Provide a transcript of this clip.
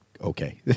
Okay